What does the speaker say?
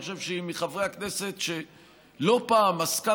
אני חושב שהיא מחברי הכנסת שלא פעם עסקו